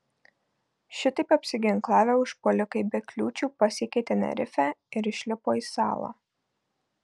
šitaip apsiginklavę užpuolikai be kliūčių pasiekė tenerifę ir išlipo į salą